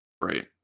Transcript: Right